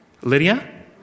Lydia